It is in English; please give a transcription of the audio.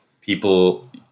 People